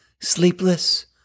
sleepless